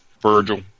Virgil